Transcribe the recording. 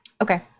Okay